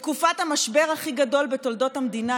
בתקופת המשבר הכי גדול בתולדות המדינה,